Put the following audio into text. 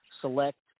select